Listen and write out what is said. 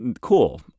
Cool